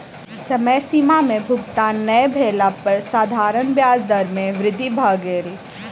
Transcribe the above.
समय सीमा में भुगतान नै भेला पर साधारण ब्याज दर में वृद्धि भ गेल